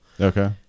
okay